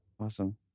Awesome